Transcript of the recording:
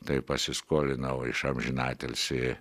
tai pasiskolinau iš amžinatilsį